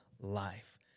life